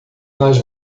nas